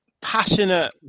passionate